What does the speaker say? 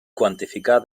quantificar